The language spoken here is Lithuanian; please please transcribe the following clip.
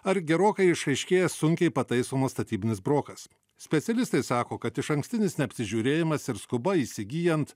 ar gerokai išaiškėjęs sunkiai pataisomas statybinis brokas specialistai sako kad išankstinis neapsižiūrėjimas ir skuba įsigyjant